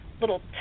little